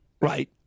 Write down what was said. Right